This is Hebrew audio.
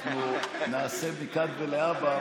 אנחנו נעשה מכאן ולהבא,